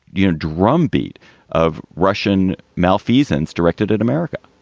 you know, drumbeat of russian malfeasance directed at america?